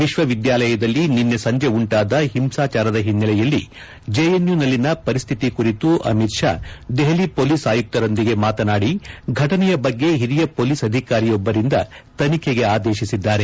ವಿಕ್ವವಿದ್ಯಾಲಯದಲ್ಲಿ ನಿನ್ನೆ ಸಂಜೆ ಉಂಟಾದ ಹಿಂಸಾಚಾರದ ಹಿನ್ನೆಲೆಯಲ್ಲಿ ಜೆಎನ್ಯುನಲ್ಲಿನ ಪರಿಸ್ಥಿತಿ ಕುರಿತು ಅಮಿತ್ ಷಾ ದೆಹಲಿ ಹೊಲೀಸ್ ಆಯುಕ್ತರೊಂದಿಗೆ ಮಾತನಾಡಿ ಫಟನೆಯ ಬಗ್ಗೆ ಹಿರಿಯ ಪೊಲೀಸ್ ಅಧಿಕಾರಿಯೊಬ್ಬರಿಂದ ತನಿಖೆಗೆ ಆದೇಶಿಸಿದ್ದಾರೆ